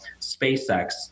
SpaceX